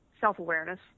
self-awareness